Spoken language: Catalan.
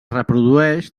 reprodueix